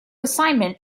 assignment